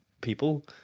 people